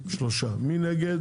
הצבעה בעד 3. נגד